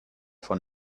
for